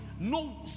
No